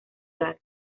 mural